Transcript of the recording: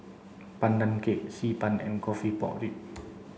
Pandan cake xi ban and coffee pork ribs